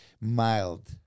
mild